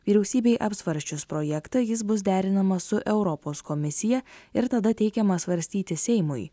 vyriausybei apsvarsčius projektą jis bus derinamas su europos komisija ir tada teikiamas svarstyti seimui